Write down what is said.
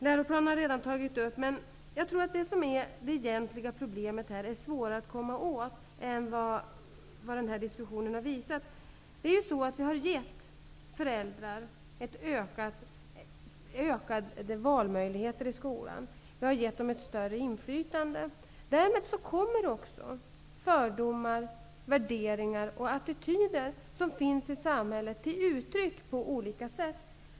Jag tror att det egentliga problemet i det här fallet är svårare att komma åt än vad diskussionen har visat. Vi har gett föräldrar ökade valmöjligheter i skolan. Vi har gett dem större inflytande. Därmed kommer också fördomar, värderingar och attityder som finns i samhället till uttryck på olika sätt.